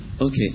Okay